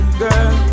girl